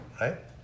right